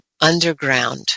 underground